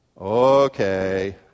Okay